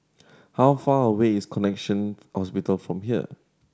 how far away is Connexion Hospital from here